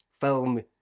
film